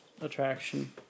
attraction